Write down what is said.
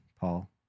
Paul